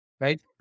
right